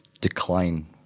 decline